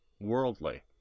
worldly